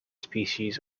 species